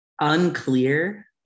Unclear